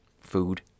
food